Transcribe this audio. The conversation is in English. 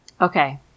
Okay